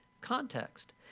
context